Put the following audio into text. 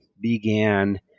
began